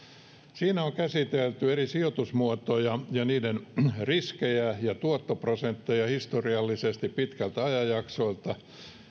siinä on käsitelty eri sijoitusmuotoja ja niiden riskejä ja tuottoprosentteja historiallisesti pitkältä ajanjaksolta